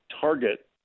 target